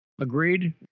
Agreed